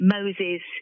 Moses